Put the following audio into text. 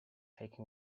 shaking